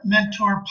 Mentor